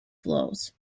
flows